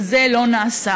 וזה לא נעשה.